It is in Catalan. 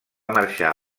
marxar